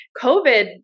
COVID